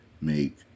make